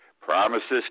promises